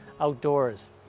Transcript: outdoors